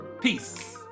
Peace